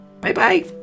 Bye-bye